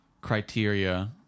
criteria